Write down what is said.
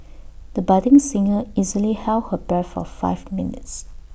the budding singer easily held her breath for five minutes